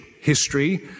history